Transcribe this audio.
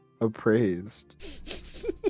appraised